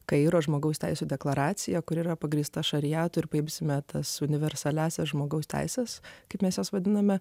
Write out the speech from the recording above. kairo žmogaus teisių deklaraciją kuri yra pagrįsta šariato ir paimsime tas universaliąsias žmogaus teises kaip mes juos vadiname